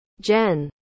Jen